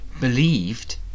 believed